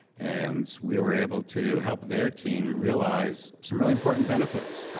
and we were able to help their team realize some really important benefits.